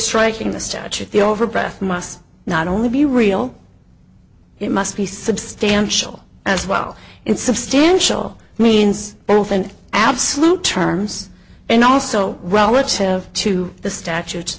striking the statute the over breath must not only be real it must be substantial as well in substantial means both an absolute terms and also relative to the statutes